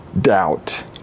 doubt